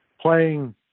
playing